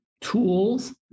Tools